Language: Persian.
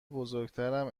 بزرگترم